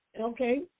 okay